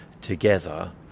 together